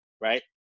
right